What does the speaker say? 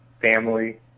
family